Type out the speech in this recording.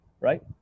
Right